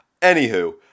Anywho